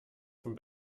von